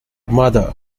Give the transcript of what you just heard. mother